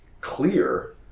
clear